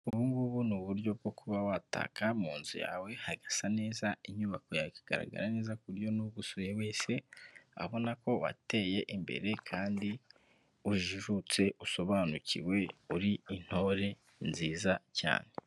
Ubu ngubu ni uburyo bwo kuba wataka mu nzu yawe hagasa neza, inyubako yawe igasa neza ku buryo n'uwagusura wese abona ko wateye imbere kandi ujijutse, usobanukiwe, uri intore nziza cyane.